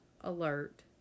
alert